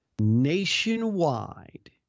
nationwide